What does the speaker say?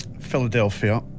Philadelphia